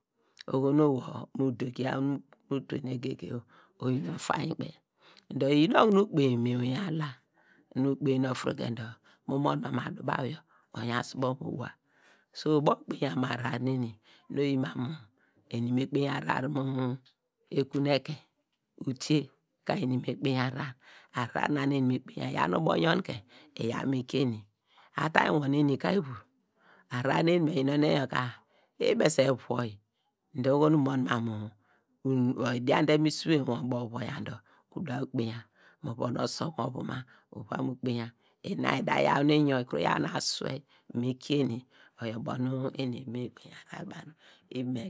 Oho uwo mu dogiya nu mu tonne goge oyin ofainy kpei dor iyin okunu ukpeiny mu inwin ala, nu ukpeiny ofruke dor mu mon ma mu adu baw yor, moyansubo uva so ubo kpeinyam mu ahrar neni nu oyin mam mu eni me kpeiny ahrar neni nu oyin mam mu eni me kpeiny ahrar mu ekun ekein, utiye ka eni me kpeiny ahrar ahrar na nu eni me kpeiny iyaw nu ubo yonke iyaw mi kie eni atayinwo neni ka ivur`, ahrar nu eni me yinone yor ka, ibese vowyi dor oho nu unom mam mu, unu odian te mu usuveiny wor ubor uvowya dor uda ukpeinya mu von nu oso mo vuma uva mu kpeinya ina ida nyor, ikuru yaw nu eni me kpeiný ahrar ivom.